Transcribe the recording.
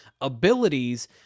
abilities